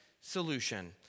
solution